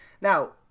Now